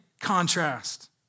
contrast